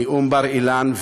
נאום בר-אילן.